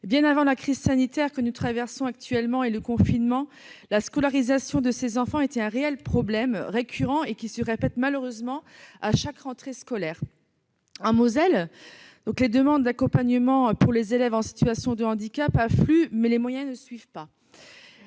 Bien avant la crise sanitaire que nous traversons actuellement et le confinement, la scolarisation de ces enfants était un réel problème, en outre récurrent puisqu'il se répète, malheureusement, à chaque rentrée scolaire. En Moselle, les demandes d'accompagnement pour les élèves en situation de handicap affluent, mais les moyens ne suivent pas.